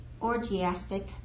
orgiastic